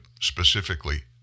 specifically